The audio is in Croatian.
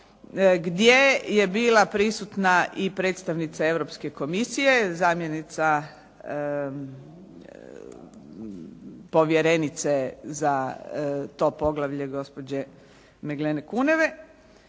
gdje je bila prisutna i predstavnica Europske komisije, zamjenica povjerenice za to poglavlje gospođe Meglene Kuneve